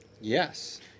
Yes